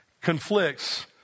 conflicts